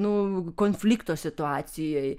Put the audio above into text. nu konflikto situacijoj